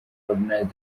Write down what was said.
organized